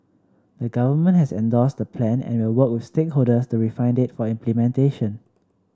the Government has endorsed the Plan and will work with stakeholders to refine it for implementation